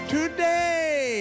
Today